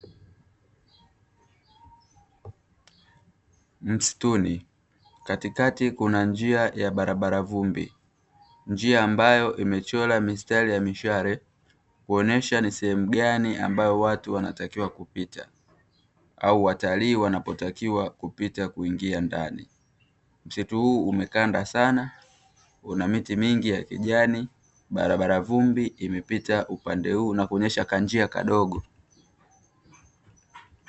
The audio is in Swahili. Msituni, katikati kuna njia ya barabara ya vumbi, njia ambayo imechora mistari ya mishale kuonesha ni sehemu gani ambayo watu wanatakiwa kupita, au watalii wanapotakiwa kupita kuingia ndani; msitu huu umekanda sana, una miti mingi ya kijani, barabara ya vumbi imepita upande huu na kuonyesha kama njia kadogo.